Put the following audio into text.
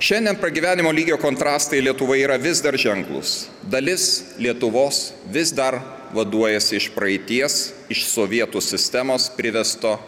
šiandien pragyvenimo lygio kontrastai lietuvoje yra vis dar ženklūs dalis lietuvos vis dar vaduojasi iš praeities iš sovietų sistemos privesto